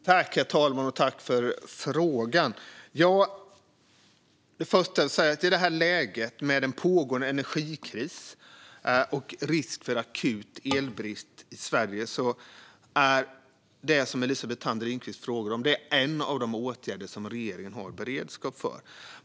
Herr talman! Tack, ledamoten, för frågan! Först vill jag säga att i detta läge, med en pågående energikris och risk för akut elbrist i Sverige, är det som Elisabeth Thand Ringqvist frågar om en av de åtgärder som regeringen har beredskap för.